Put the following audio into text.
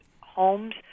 homes